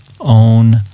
own